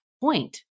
point